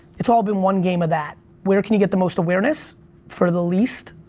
it's all been one game of that. where can you get the most awareness for the least?